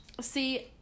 See